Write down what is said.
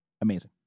Amazing